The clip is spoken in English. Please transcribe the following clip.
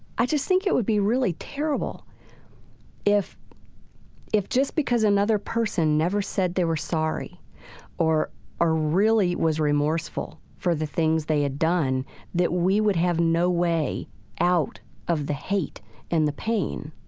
i just think it would be really terrible if if just because another person never said they were sorry or or really was remorseful for the things they had done that we would have no way out of the hate and the pain.